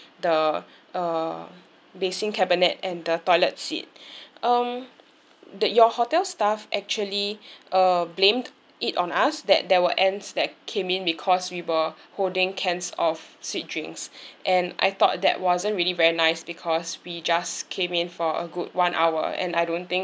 the uh basin cabinet and the toilet seat um the your hotel stuff actually uh blamed it on us that there were ants there came in because we were holding cans of sweet drinks and I thought that wasn't really very nice because we just came in for a good one hour and I don't think